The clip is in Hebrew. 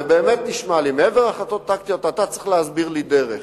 אתה צריך להסביר לי דרך.